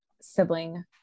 sibling